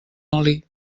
oli